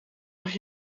mag